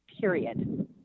period